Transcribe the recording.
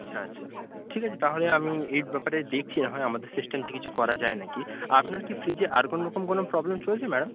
আচ্ছা আচ্ছা ঠিক আছে তাহলে আমি এই ব্যাপারে দেখছি না হয় আমাদের সিস্টেম থেকে কিছু করা যায় না কি আপনার কি ফ্রিজে আর কোনোরকম কোনো প্রবলেম চলছে ম্যাডাম